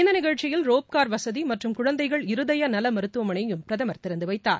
இந்தநிகழ்ச்சியில் rope car வசதிமற்றும் குழந்தைகள் இருதயநலமருத்துவமனையயும் பிரதமர் திறந்துவைத்தார்